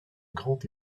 grand